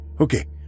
Okay